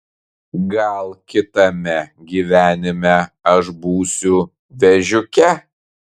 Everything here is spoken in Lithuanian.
gal kitame gyvenime aš būsiu vėžiuke